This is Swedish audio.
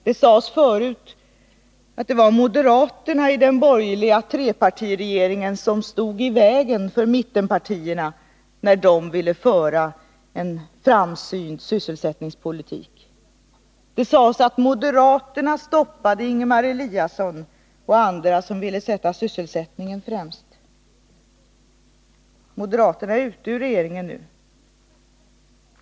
Det sades tidigare att det var moderaterna i den borgerliga trepartiregeringen som stod i vägen för mittenpartierna när de ville föra en framsynt sysselsättningspolitik. Det sades att moderaterna stoppade Ingemar Eliasson och andra som ville sätta sysselsättningen främst. Moderaterna är ute ur regeringen nu.